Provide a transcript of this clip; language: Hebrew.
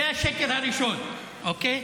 זה השקר הראשון, אוקיי?